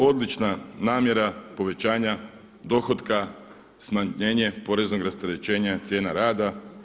Odlična namjera povećanja dohotka, smanjenje poreznog rasterećenja cijena rada.